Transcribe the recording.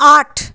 আট